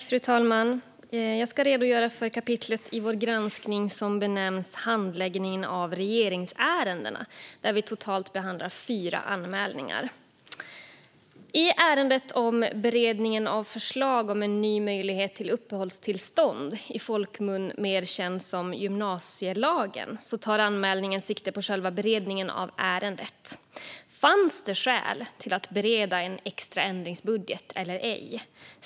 Fru talman! Jag ska redogöra för det kapitel i vår granskning som benämns Handläggning av vissa regeringsärenden m.m., där vi behandlar totalt fyra anmälningar. I ärendet om beredningen av förslag om en ny möjlighet till uppehållstillstånd - mer känt som gymnasielagen - tar anmälningen sikte på själva beredningen av ärendet. Fanns det skäl att bereda en extra ändringsbudget eller ej?